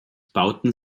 bauten